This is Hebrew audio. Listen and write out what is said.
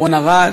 רון ארד,